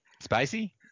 spicy